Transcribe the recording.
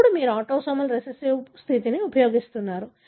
ఇప్పుడు మీరు autosomal recessive స్థితిని ఉపయోగిస్తున్నారు